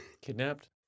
Kidnapped